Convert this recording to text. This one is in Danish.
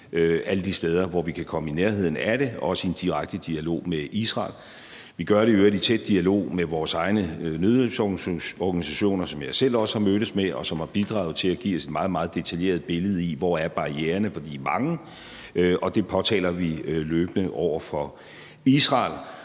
alle de steder, hvor vi kan komme i nærheden af det, også i direkte dialog med Israel. Vi gør det i øvrigt i tæt dialog med vores egne nødhjælpsorganisationer, som jeg selv også har mødtes med, og som har bidraget til at give os et meget, meget detaljeret billede af, hvor barriererne er, for de er mange. Det påtaler vi løbende over for Israel,